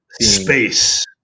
space